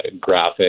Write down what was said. graphic